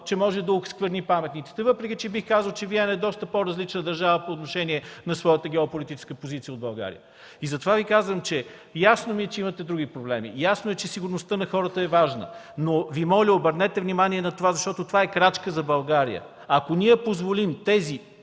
че може да оскверни паметниците, въпреки че бих казал, че Виена е доста по-различна държава по отношение на своята геополитическа позиция от България. Затова Ви казвам: ясно ми е, че имате други проблеми, ясно е, че сигурността на хората е важна, но Ви моля да обърнете внимание на това, защото е крачка за България. Ако ние позволим тези